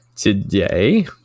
Today